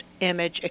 image